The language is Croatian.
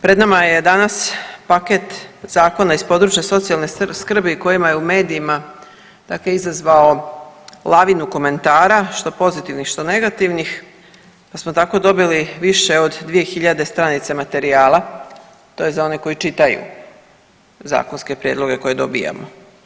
Pred nama je danas paket zakona iz područja socijalne skrbi koji je u medijima dakle izazvao lavinu komentara, što pozitivnih što negativnih, pa smo tako dobili više od 2.000 stranica materijala, to je za one koji čitaju zakonske prijedloge koje dobijamo.